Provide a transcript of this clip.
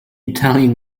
italian